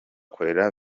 twari